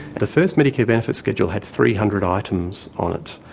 the first medicare benefit schedule had three hundred items on it.